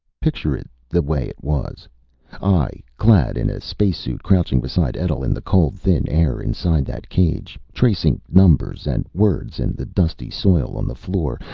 picture it the way it was i, clad in a spacesuit, crouching beside etl in the cold, thin air inside that cage, tracing numbers and words in the dusty soil on the floor,